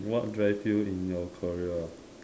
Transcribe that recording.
what drive you in your career ah